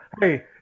Hey